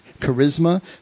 charisma